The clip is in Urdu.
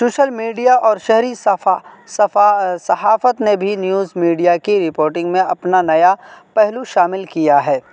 سوشل میڈیا اور شہری صحافت نے بھی نیوز میڈیا کی رپوٹنگ میں اپنا نیا پہلو شامل کیا ہے